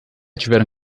tiveram